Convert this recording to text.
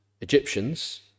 Egyptians